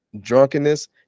drunkenness